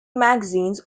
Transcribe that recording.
magazines